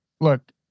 look